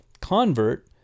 convert